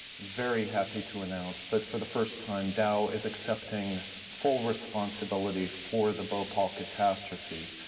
very happy to announce that for the first time, dow is accepting full responsibility for the bhopal catastrophe.